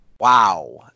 wow